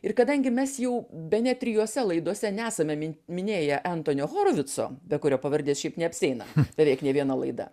ir kadangi mes jau bene trijuose laidose nesame minėję entonio horvico be kurio pavardės šiaip neapsieina beveik nė viena laida